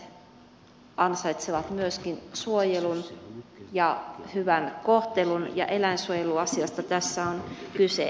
eläimet ansaitsevat myöskin suojelun ja hyvän kohtelun ja eläinsuojeluasiasta tässä on kyse